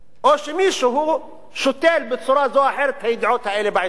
או שמישהו שותל בצורה זו או אחרת את הידיעות האלה בעיתון.